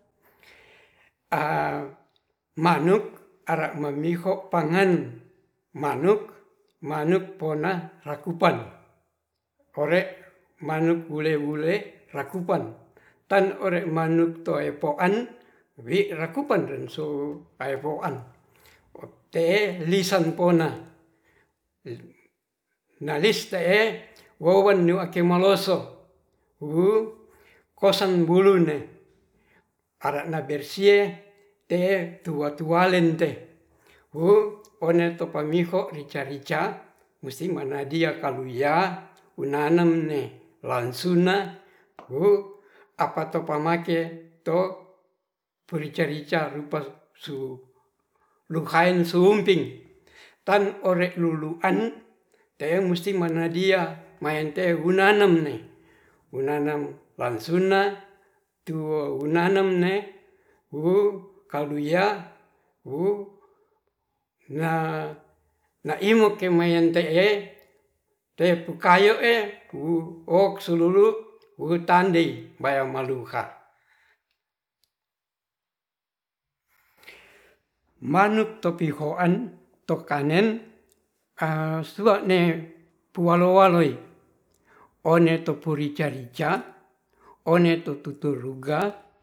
Manuk ara mamiho pangan, manuk-manuk pona rakupan ore manuk ule-ule rakupan tan ore manuk toe poaan wi rakupan renso paepoan te lisan pona nalis te'e wowen nu ake maloso wuu kosan bulunde ara'na bersie te'e tua-tualen te oneto paminto rica-rica musti manadia kaluya nanamne wasumna apato pamake rica-rica rupa su ruhain sulumping tan ore ruruan te musti manadia maemte hunanam'ne nanam wasumna tuo nanam ne wu kalduya wu na-naimut kemayan te'e te pukayu'e wok sululu wutanding malungka, manuk topihoan to kanen sua'ne pualowaloi one topu rica-rica one tu tuturuga